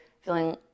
feeling